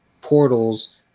portals